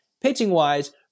Pitching-wise